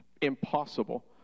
impossible